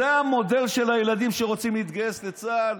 זה המודל של הילדים שרוצים להתגייס לצה"ל?